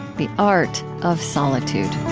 the art of solitude